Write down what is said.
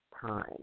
time